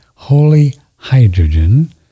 HOLYHYDROGEN